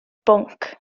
bwnc